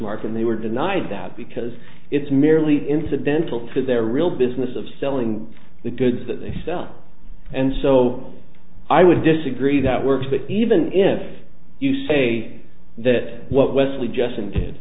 mark and they were denied that because it's merely incidental to their real business of selling the goods that they sell and so i would disagree that works but even if you say that what wesley jessen did